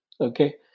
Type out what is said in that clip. Okay